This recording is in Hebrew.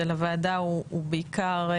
של הוועדה, הוא בעיקר,